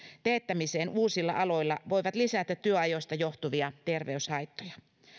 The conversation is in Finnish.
teettämiseen uusilla aloilla voivat lisätä työajoista johtuvia terveyshaittoja